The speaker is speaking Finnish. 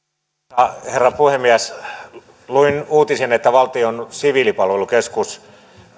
arvoisa herra puhemies luin uutisen että valtion siviilipalveluskeskus